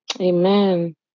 Amen